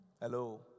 Hello